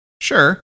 Sure